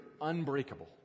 unbreakable